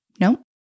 no